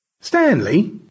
Stanley